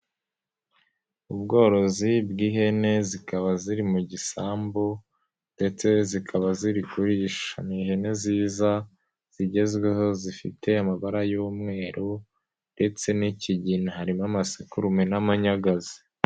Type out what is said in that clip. Ubworozi bw'ihene zikaba ziri mu gisambu ndetse zikaba ziri kurisha, ni ihene ziza zigezweho zifite amabara y'umweru ndetse n'ikigina, harimo amasekurume n'amanyagazi.